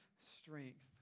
strength